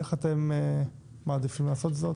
איך אתם מעדיפים לעשות זאת?